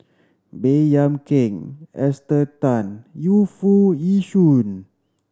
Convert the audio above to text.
Baey Yam Keng Esther Tan Yu Foo Yee Shoon